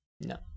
No